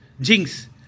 jinx